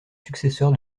successeur